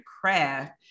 craft